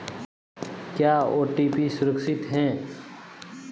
क्या ओ.टी.पी सुरक्षित है?